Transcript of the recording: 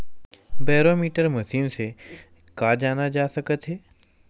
Barometer machine से का जाना जा सकत हे?